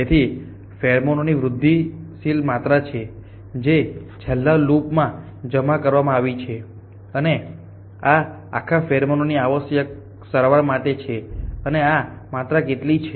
તેથી આ ફેરોમન ની વૃદ્ધિશીલ માત્રા છે જે છેલ્લા લૂપમાં જમા કરવામાં આવી છે અને આ આખા ફેરોમન ની આવશ્યક સારવાર માટે છે અને આ માત્રા કેટલી છે